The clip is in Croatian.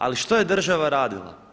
Ali, što je država radila?